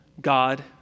God